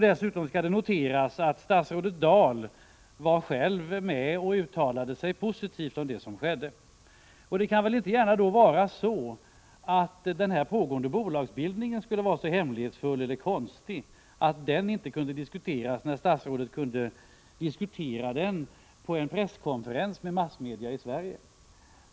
Dessutom skall det noteras att statsrådet Dahl själv var med och uttalade sig positivt om det som skedde. Det kan väl inte gärna vara så att den pågående bolagsbildningen skulle vara så hemlighetsfull eller konstig att den inte kan diskuteras, när statsrådet kunde diskutera den på en presskonferens med massmedia i Sverige.